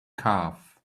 calf